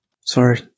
Sorry